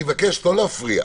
אני מבקש לא להפריע.